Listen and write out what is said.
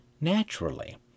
naturally